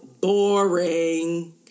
boring